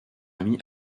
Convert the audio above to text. ami